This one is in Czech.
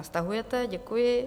Stahujete, děkuji.